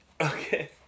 okay